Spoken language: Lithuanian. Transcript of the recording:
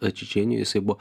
čečėnijoj jisai buvo